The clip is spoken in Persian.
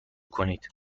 کنید